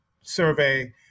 survey